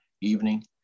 evening